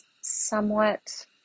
somewhat